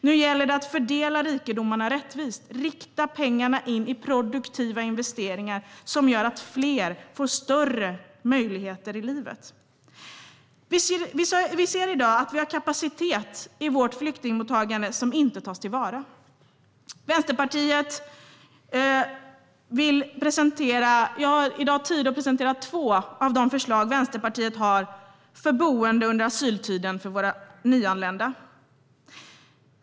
Nu gäller det att fördela rikedomarna rättvist och rikta pengarna in i produktiva investeringar som gör att fler får större möjligheter i livet. Vi ser att vi har en kapacitet i vårt flyktingmottagande som inte tas till vara. Jag ska nu presentera två av de förslag Vänsterpartiet har för att ta fram boenden under asyltiden för våra nyanlända.